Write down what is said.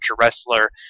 wrestler